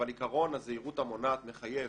אבל עקרון הזהירות המונעת מחייב